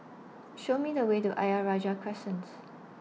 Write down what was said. Show Me The Way to Ayer Rajah Crescent